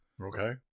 Okay